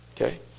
okay